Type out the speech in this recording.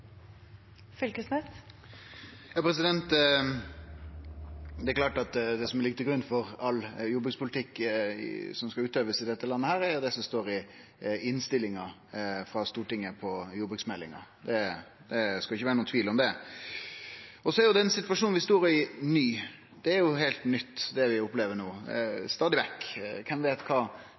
med landbruksorganisasjonene. Det er klart at det som ligg til grunn for all jordbrukspolitikk som skal utøvast i dette landet, er det som står i innstillinga frå Stortinget til jordbruksmeldinga. Det skal ikkje vere nokon tvil om det. Den situasjonen vi står i, er ny. Det er heilt nytt, det vi stadig vekk opplever no. Kven veit kva